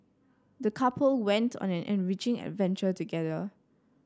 the couple went on an enriching adventure together